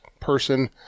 person